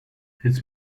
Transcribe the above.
his